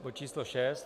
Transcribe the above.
Bod číslo 6.